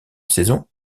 saison